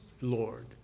Lord